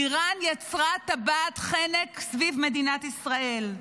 איראן יצרה טבעת חנק סביב מדינת ישראל.